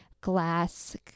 glass